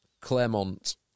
Claremont